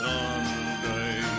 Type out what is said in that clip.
Sunday